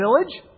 village